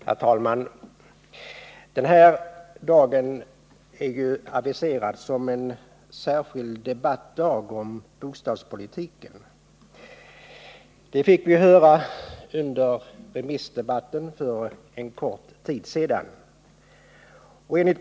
Herr talman! Den här dagen har aviserats som en särskild debattdag om bostadspolitiken. Det fick vi höra under den allmänpolitiska debatten för en kort tid sedan.